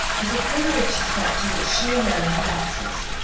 as a privileged spot to which she alone had access.